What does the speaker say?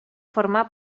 formà